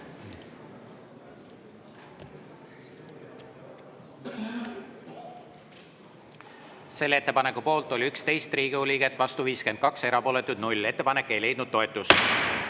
Selle ettepaneku poolt oli 11 Riigikogu liiget, vastu 52, erapooletuid 0. Ettepanek ei leidnud toetust.